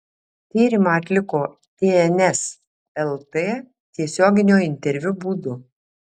tyrimą atliko tns lt tiesioginio interviu būdu